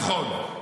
נכון,